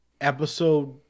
Episode